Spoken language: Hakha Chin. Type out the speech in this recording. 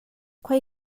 khoi